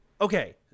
okay